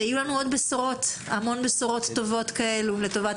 שיהיו לנו המון בשורות טובות כאלה לטובת